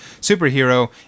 superhero